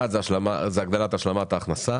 אחד הוא הגדלת השלמת ההכנסה